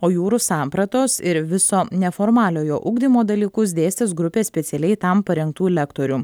o jūrų sampratos ir viso neformaliojo ugdymo dalykus dėstys grupė specialiai tam parengtų lektorių